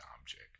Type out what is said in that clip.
object